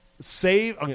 save